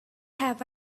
have